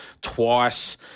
twice